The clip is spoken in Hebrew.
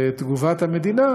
ותגובת המדינה,